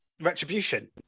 Retribution